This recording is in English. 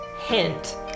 hint